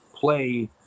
play